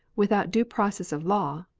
without due process of law,